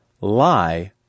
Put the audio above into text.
lie